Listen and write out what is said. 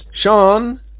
Sean